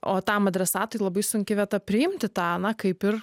o tam adresatui labai sunki vieta priimti tą na kaip ir